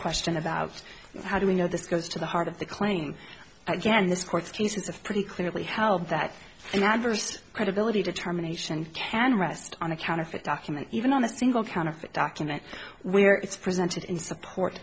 question about how do we know this goes to the heart of the claim again this court's cases of pretty clearly held that an adverse credibility determination can rest on a counterfeit document even on a single counterfeit document where it's presented in support